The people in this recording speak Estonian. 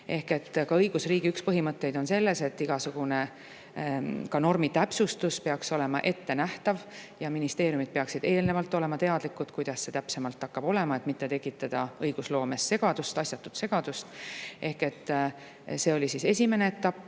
lükata. Õigusriigi üks põhimõtteid on see, et igasugune, ka normi täpsustus peaks olema ettenähtav ja ministeeriumid peaksid eelnevalt olema teadlikud, kuidas see täpsemalt hakkab olema, et mitte tekitada õigusloomes asjatut segadust. Ehk see oli esimene etapp.